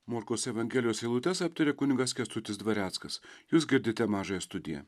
morkaus evangelijos eilutes aptarė kunigas kęstutis dvareckas jūs girdite mažąją studiją